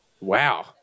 Wow